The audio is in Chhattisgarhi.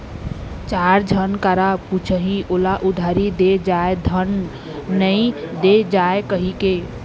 चार झन करा पुछही ओला उधारी दे जाय धन नइ दे जाय कहिके